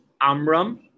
Amram